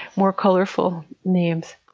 more colorful names.